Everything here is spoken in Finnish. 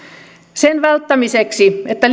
sen välttämiseksi että